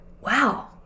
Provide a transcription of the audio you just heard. wow